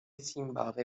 زیمباوه